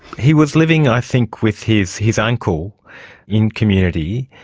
he was living i think with his his uncle in community,